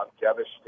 devastated